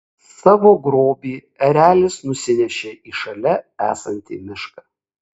savo grobį erelis nusinešė į šalia esantį mišką